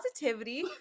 positivity